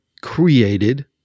created